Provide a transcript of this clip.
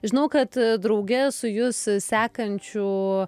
žinau kad drauge su jus sekančių